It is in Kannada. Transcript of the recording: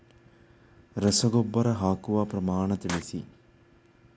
ರಸಗೊಬ್ಬರ ಹಾಕುವ ಪ್ರಮಾಣ ತಿಳಿಸಿ